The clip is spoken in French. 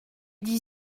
dit